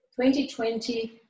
2020